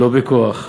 לא בכוח,